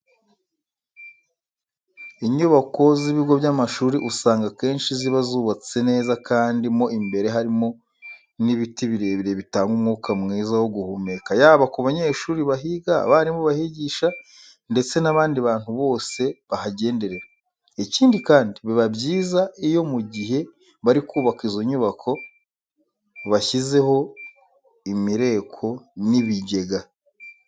Inyubako z'ibigo by'amashuri usanga akenshi ziba zubatse neza kandi mo imbere harimo n'ibiti birebire bitanga umwuka mwiza wo guhumeka yaba ku banyeshuri bahiga, abarimu bahigisha ndetse n'abandi bantu bose bahagenderera. Ikindi kandi biba byiza iyo mu gihe bari kubaka izo nyubako bashyizeho imireko n'ibigega.